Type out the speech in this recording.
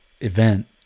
event